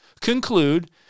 conclude